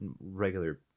Regular